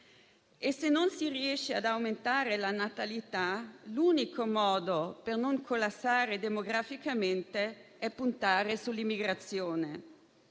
e, se non si riesce ad aumentare la natalità, l'unico modo per non collassare demograficamente è puntare sull'immigrazione.